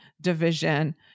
division